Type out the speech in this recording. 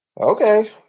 Okay